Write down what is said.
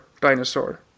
dinosaur